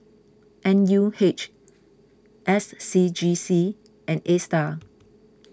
N U H S C G C and Astar